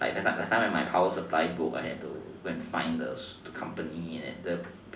like like that time my power supply broke I had to go find the company the